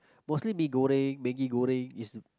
mostly mee Goreng Maggi-Goreng is